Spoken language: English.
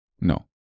No